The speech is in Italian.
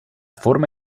forma